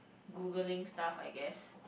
Googling stuff I guess